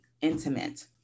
intimate